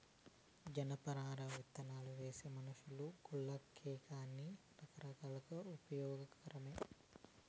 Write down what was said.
జనపనార విత్తనాలువేస్తే మనషులకు, గోతాలకేకాక అన్ని రకాలుగా ఉపయోగమే